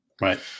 Right